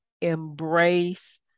embrace